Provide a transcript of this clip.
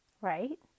Right